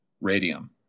radium